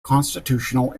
constitutional